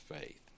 faith